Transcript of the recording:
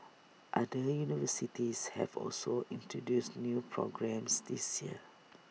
other universities have also introduced new programmes this year